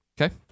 okay